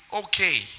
okay